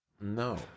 No